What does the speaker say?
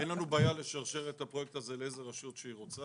אין לנו בעיה לשרשר את הפרויקט הזה לאיזו רשות שרוצה.